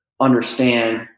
understand